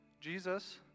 Jesus